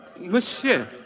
Monsieur